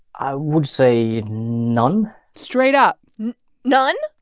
i would say none straight up none?